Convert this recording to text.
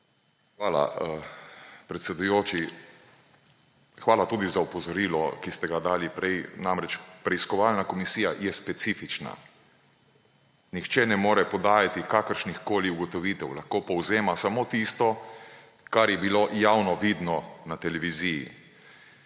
Hvala, predsedujoči. Hvala tudi za opozorilo, ki ste ga dali prej. Namreč preiskovalna komisija je specifična. Nihče ne more podajati kakršnihkoli ugotovitev, lahko povzema samo tisto, kar je bilo javno vidno na televiziji.